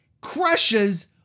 crushes